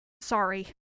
Sorry